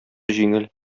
җиңел